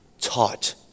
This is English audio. taught